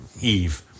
Eve